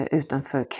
utanför